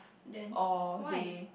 then why